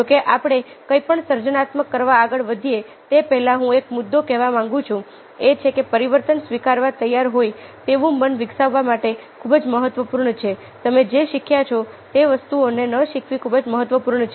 જો કે આપણે કંઈપણ સર્જનાત્મક કરવા આગળ વધીએ તે પહેલાં હું એક મુદ્દો કહેવા માંગુ છું જે એ છે કે પરિવર્તન સ્વીકારવા તૈયાર હોય તેવું મન વિકસાવવા માટે ખૂબ જ મહત્વપૂર્ણ છે તમે જે શીખ્યા છો તે વસ્તુઓને ન શીખવી ખૂબ જ મહત્વપૂર્ણ છે